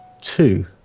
two